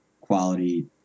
quality